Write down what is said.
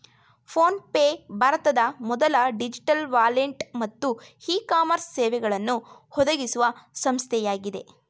phone pay ಭಾರತದ ಮೊದಲ digital wallet ಮತ್ತು ಇ ಕಾಮರ್ಸ್ ಸೇವೆಗಳನ್ನು ಒದಗಿಸುವ ಸಂಸ್ಥೆಯಾಗಿದೆ